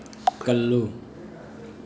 ꯀꯜꯂꯨ